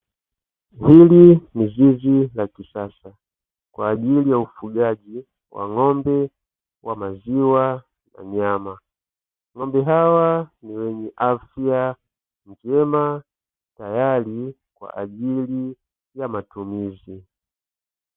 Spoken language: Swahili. Hili ni zizi la kisasa kwa ajili ya ufugaji wa ng'ombe wa maziwa na nyama, ng'ombe hawa ni wenye afya njema tayari kwa ajili ya matumizi.